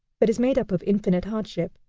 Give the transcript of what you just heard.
but is made up of infinite hardship.